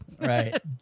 Right